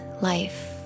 life